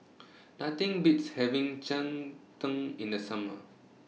Nothing Beats having Cheng Tng in The Summer